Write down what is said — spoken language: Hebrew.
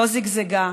לא זגזגה,